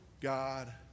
God